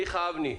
מיכה אבני.